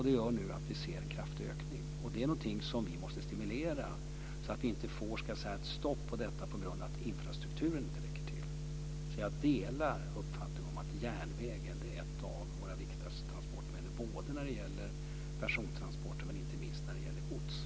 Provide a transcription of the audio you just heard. Det gör nu att vi ser en kraftig ökning, och det är någonting som vi måste stimulera så att vi inte får ett stopp på detta på grund av att infrastrukturen inte räcker till. Jag delar uppfattningen att järnvägen är ett av våra viktigaste transportmedel, när det gäller både persontransporter och godstransporter.